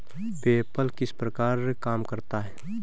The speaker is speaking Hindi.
पेपल किस प्रकार काम करता है?